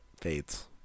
fades